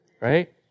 right